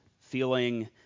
feeling